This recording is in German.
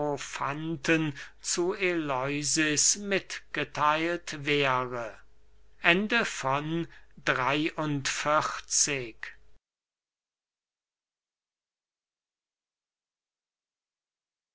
zu eleusis mitgetheilt wäre